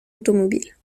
automobiles